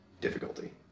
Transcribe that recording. difficulty